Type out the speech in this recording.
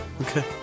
Okay